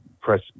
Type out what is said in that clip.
press